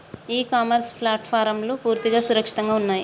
ఇ commerce ప్లాట్ఫారమ్లు పూర్తిగా సురక్షితంగా ఉన్నయా?